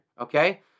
okay